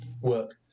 work